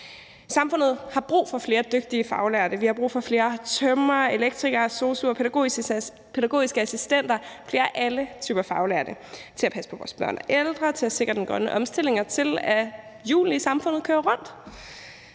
Samfundet har brug for flere dygtige faglærte. Vi har brug for flere tømrere, elektrikere og sosu'er, pædagogiske assistenter, flere af alle typer faglærte til at passe på vores børn og ældre, til at sikre den grønne omstilling og til, at hjulene i samfundet kører rundt.